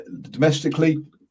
Domestically